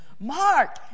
Mark